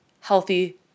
healthy